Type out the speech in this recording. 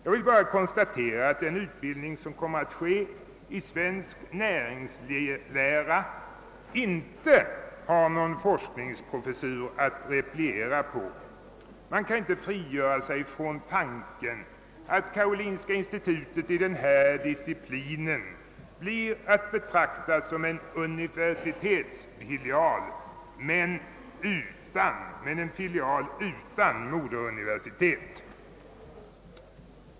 Jag vill bara konstatera att den utbildning som kommer att ske i svensk näringslära inte har någon forskningsprofessur att repliera på. Man kan inte frigöra sig från tanken att karolinska institutet i denna disciplin blir att betrakta som en universitetsfilial, men en filial utan moderuniversitet.